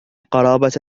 قرابة